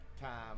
time